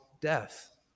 death